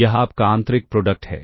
यह आपका आंतरिक प्रोडक्ट है